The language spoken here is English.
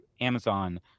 Amazon